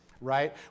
right